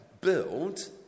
build